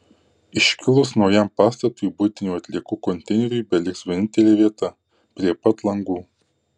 iškilus naujam pastatui buitinių atliekų konteineriui beliks vienintelė vieta prie pat langų